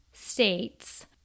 States